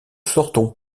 sortons